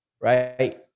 right